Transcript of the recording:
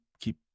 keep